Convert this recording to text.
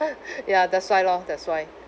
ya that's why lor that's why